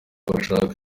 bashaka